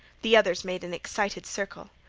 the others made an excited circle.